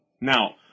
Now